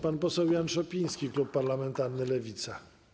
Pan poseł Jan Szopiński, klub parlamentarny Lewica.